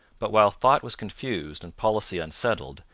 but while thought was confused and policy unsettled,